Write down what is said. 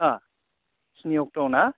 अ स्नि अक्ट'आव ना